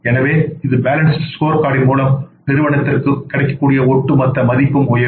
எனவே இது பேலன்ஸ்டு ஸ்கோர்கார்டின் மூலம் நிறுவனத்தின் ஒட்டுமொத்த மதிப்பும் உயரும்